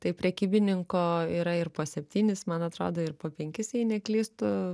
tai prekybininko yra ir po septynis man atrodo ir po penkis jei neklystu